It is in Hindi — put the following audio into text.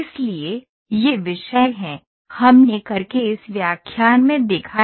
इसलिए ये विषय हैं हमने कैड़ के इस व्याख्यान में देखा